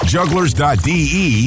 Jugglers.de